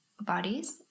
bodies